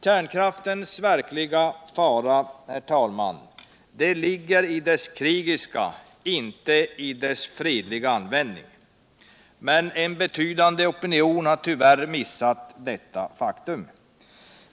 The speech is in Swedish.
Kärnkraftens verkliga fara, herr talman, ligger i dess krigiska — inte i dess fredliga — användning. Men en betydande opinion har tyvärr missat detta faktum.